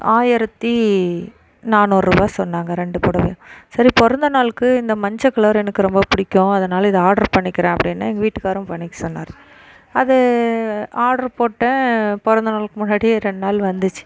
ஆயிரத்தி நானூருபாய் சொன்னாங்கள் ரெண்டு புடவையும் சரி பிறந்த நாளுக்கு இந்த மஞ்ச கலர் எனக்கு ரொம்ப பிடிக்கும் அதனால் இதை ஆட்ரு பண்ணிக்கிறேன் அப்படின்னேன் எங்கள் வீட்டுக்காரரும் பண்ணிக்க சொன்னார் அதை ஆட்ரு போட்டேன் பிறந்த நாளுக்கு முன்னாடியே ரெண்டு நாள் வந்துச்சு